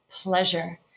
pleasure